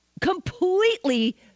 completely